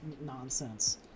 nonsense